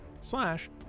slash